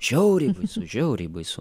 žiauriai baisu žiauriai baisu